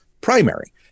primary